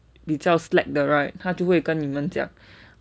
比较 slack the right 他就会跟你们讲